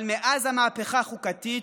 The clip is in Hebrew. אבל מאז המהפכה החוקתית,